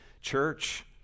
church